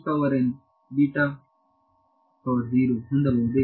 Student Refer Time 1739